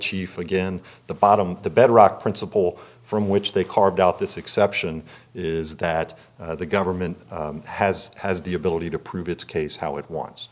chief again the bottom the bedrock principle from which they carved out this exception is that the government has has the ability to prove its case how it